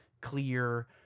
clear